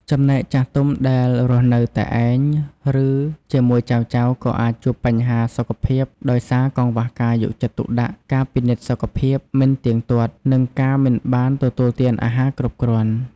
ចំណែកចាស់ទុំដែលរស់នៅតែឯង ឬជាមួយចៅៗក៏អាចជួបបញ្ហាសុខភាពដោយសារកង្វះការយកចិត្តទុកដាក់ ការពិនិត្យសុខភាពមិនទៀងទាត់ និងការមិនបានទទួលទានអាហារគ្រប់គ្រាន់។